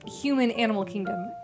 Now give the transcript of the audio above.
human-animal-kingdom